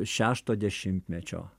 šešto dešimtmečio